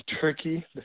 Turkey